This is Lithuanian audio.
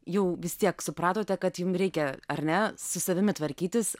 jau vis tiek supratote kad jum reikia ar ne su savimi tvarkytis